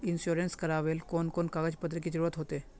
Insurance करावेल कोन कोन कागज पत्र की जरूरत होते?